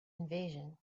invasion